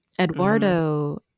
eduardo